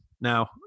Now